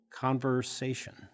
conversation